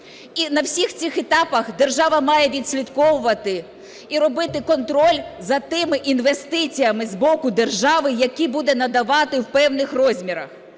І на всіх цих етапах держава має відслідковувати і робити контроль за тими інвестиціями з боку держави, які буде надавати в певних розмірах.